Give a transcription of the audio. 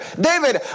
David